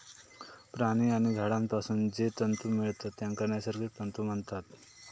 प्राणी आणि झाडांपासून जे तंतु मिळतत तेंका नैसर्गिक तंतु म्हणतत